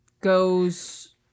goes